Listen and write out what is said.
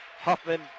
Huffman